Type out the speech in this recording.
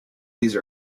these